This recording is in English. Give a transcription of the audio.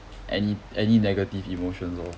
any any negative emotions lor